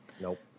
Nope